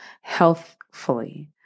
healthfully